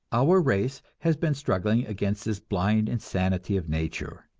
our race has been struggling against this blind insanity of nature.